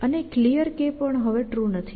અને Clear પણ હવે ટ્રુ નથી